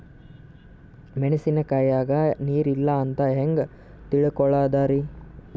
ಮೆಣಸಿನಕಾಯಗ ನೀರ್ ಇಲ್ಲ ಅಂತ ಹೆಂಗ್ ತಿಳಕೋಳದರಿ?